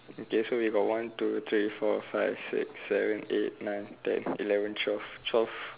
okay so we got one two three four five six seven eight nine ten eleven twelve twelve